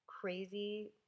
crazy